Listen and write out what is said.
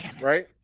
right